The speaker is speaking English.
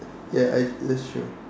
ya I that's true